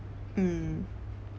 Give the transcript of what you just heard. mm